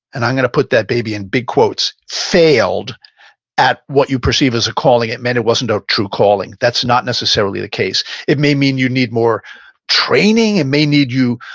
and i'm going to put that baby in big quotes, failed at what you perceive as a calling it meant it wasn't a true calling. that's not necessarily the case. it may mean you need more training and may need you,